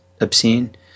obscene